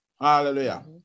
Hallelujah